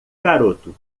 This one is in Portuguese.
garoto